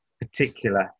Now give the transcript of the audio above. particular